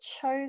chose